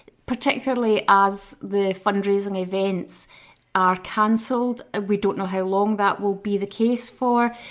particularly as the fundraising events are cancelled, and we don't know how long that will be the case for.